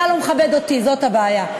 אתה לא מכבד אותי, זאת הבעיה.